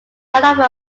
cradle